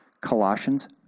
Colossians